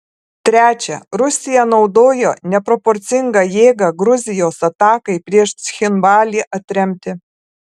trečia rusija naudojo neproporcingą jėgą gruzijos atakai prieš cchinvalį atremti